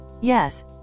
Yes